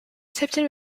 tipton